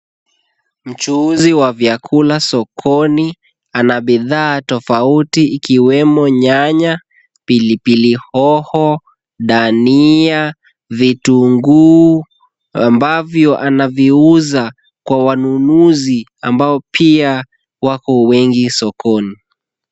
Mchuuzi wa vyakula sokoni ana bidhaa tofauti ikiwemo nyanya, pilipili hoho, dania, vitunguu ambavyo anaviuza kwa wanunuzi ambao pia wako wengi sokoni.